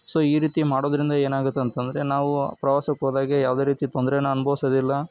so ಈ ರೀತಿ ಮಾಡೋದರಿಂದ ಏನಾಗುತ್ತೆ ಅಂತ ಅಂದ್ರೆ ನಾವು ಪ್ರವಾಸಕ್ಕೆ ಹೋದಾಗೆ ಯಾವುದೇ ರೀತಿ ತೊಂದರೆನ ಅನುಭವ್ಸೋದಿಲ್ಲ